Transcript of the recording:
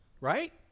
right